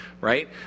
right